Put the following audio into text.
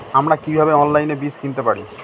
আমরা কীভাবে অনলাইনে বীজ কিনতে পারি?